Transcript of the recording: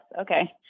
Okay